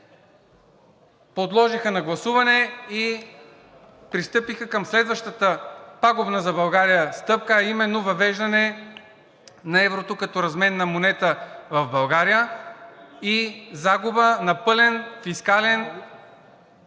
подложиха на гласуване и пристъпиха към следващата пагубна за България стъпка, а именно въвеждане на еврото като разменна монета в България и загуба на пълен фискален и